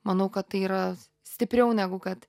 manau kad tai yra stipriau negu kad